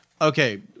Okay